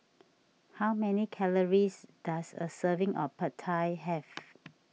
how many calories does a serving of Pad Thai have